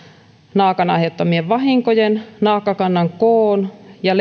naakan aiheuttamien vahinkojen ja naakkakannan koon ja